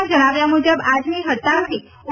ના જણાવ્યા મુજબ આજની હડતાળથી ઓ